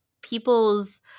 people's